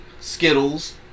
Skittles